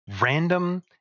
random